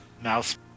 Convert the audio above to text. Mouse